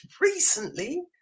recently